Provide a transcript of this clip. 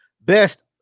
best